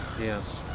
Yes